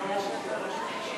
ועדת הפנים